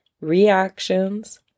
reactions